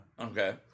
Okay